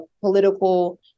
political